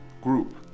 group